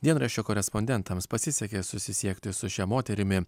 dienraščio korespondentams pasisekė susisiekti su šia moterimi